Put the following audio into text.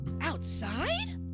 Outside